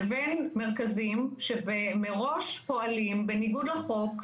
לבין מרכזים שמראש פועלים בניגוד לחוק,